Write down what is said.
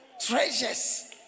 Treasures